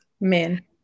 Men